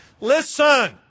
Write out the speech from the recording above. Listen